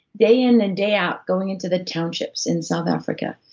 day in and day out, going into the townships in south africa.